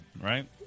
right